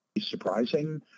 surprising